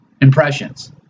impressions